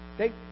Okay